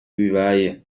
bibaye